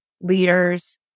leaders